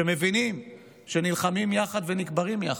שמבינים שנלחמים יחד ונקברים יחד.